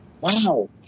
Wow